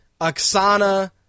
Oksana